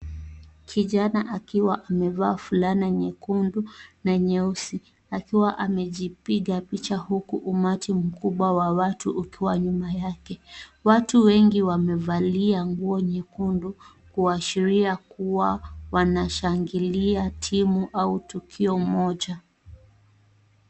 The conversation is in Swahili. Kijana akiwa amevaa fulana nyekundu na nyeusi, akiwa amejipiga picha huku umati mkubwa wa watu ukiwa nyuma yake. Watu wengi wamevalia nguo nyekundu, kuashiria kuwa wanashangilia timu au tukio moja.